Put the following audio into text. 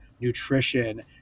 nutrition